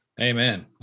Amen